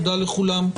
תודה לכולם.